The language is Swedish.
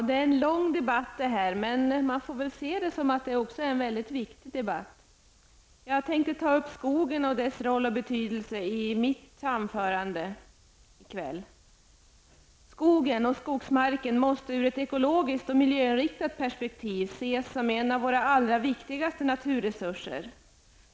Herr talman! Det här är en lång debatt, men också en mycket viktig sådan. Jag tänkte ta upp skogen och dess roll och betydelse i mitt anförande i kväll. Skogen och skogsmarken måste ur ett ekologiskt och miljöinriktat perspektiv ses som en av våra allra viktigaste naturresurser.